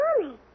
Mommy